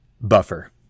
buffer